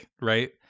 right